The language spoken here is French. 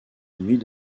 nuit